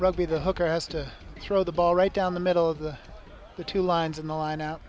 rugby the hooker has to throw the ball right down the middle of the the two lines in the line